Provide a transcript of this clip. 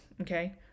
okay